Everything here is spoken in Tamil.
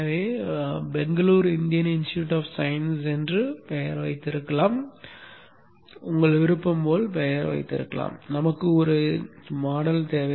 எனவே Bangalore Indian institute of science என வைத்திருக்கலாம் உங்கள் விருப்பம்போல் பெயர் வைத்திருக்கலாம் நமக்கு ஒரு மாதிரி தேவை